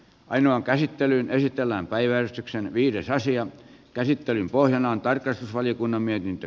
ainoan käsittelyyn esitellään päiväystyksen viides asian käsittelyn pohjana on tarkastusvaliokunnan mietintö